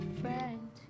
friend